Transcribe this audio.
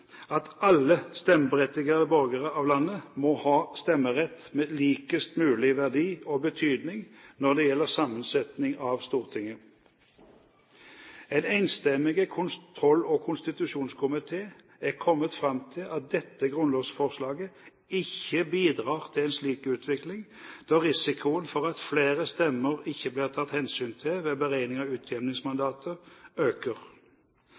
at alle stemmeberettigede borgere i landet må ha stemmerett med likest mulig verdi og betydning når det gjelder sammensetning av Stortinget. En enstemmig kontroll- og konstitusjonskomité er kommet fram til at dette grunnlovsforslaget ikke bidrar til en slik utvikling, da risikoen for at flere stemmer ikke blir tatt hensyn til ved beregning av utjevningsmandater, øker.